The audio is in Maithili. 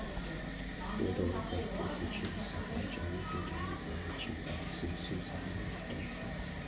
पेरोल कर के कुछ हिस्सा कर्मचारी कें देबय पड़ै छै, आ शेष हिस्सा नियोक्ता कें